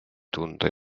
tunda